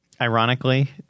ironically